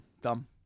Dumb